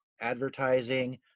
advertising